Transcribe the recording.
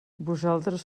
vosaltres